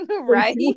Right